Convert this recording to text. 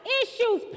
issues